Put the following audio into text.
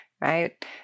right